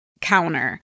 counter